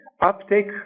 uptake